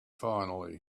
finally